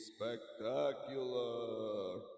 Spectacular